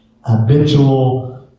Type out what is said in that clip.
habitual